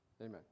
Amen